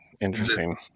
interesting